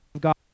God